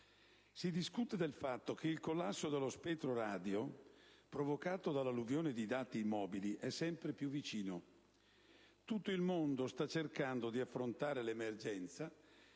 Si discute del fatto che il collasso dello spettro radio provocato dall'alluvione di dati mobili è sempre più vicino. Tutto il mondo sta cercando di affrontare l'emergenza,